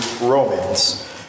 Romans